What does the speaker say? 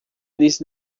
eles